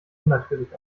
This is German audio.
unnatürlich